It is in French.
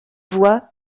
voit